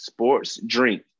sportsdrink